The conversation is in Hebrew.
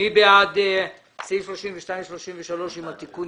מי בעד אישור סעיפים 32 ו-33 עם התיקון?